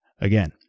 Again